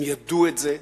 הם ידעו את זה,